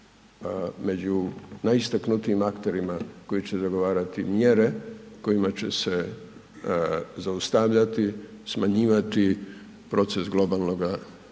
među najistaknutijim akterima koji će dogovarati mjere kojima će se zaustavljati, smanjivati proces globalnoga